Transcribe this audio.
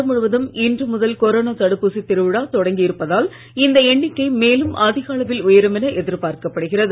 நாடு முழுவதும் இன்று முதல் கொரோனா தடுப்பூசி திருவிழா தொடங்கி இருப்பதால் இந்த எண்ணிக்கை மேலும் அதிக அளவில் உயரும் என எதிர்பார்க்கப்படுகிறது